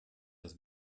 das